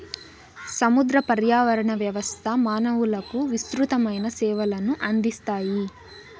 సముద్ర పర్యావరణ వ్యవస్థ మానవులకు విసృతమైన సేవలను అందిస్తాయి